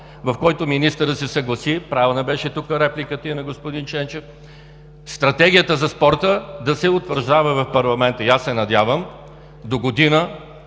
в който министърът се съгласи, правилна беше тук репликата и на господин Ченчев, Стратегията за спорта да се утвърждава в парламента. И аз се надявам догодина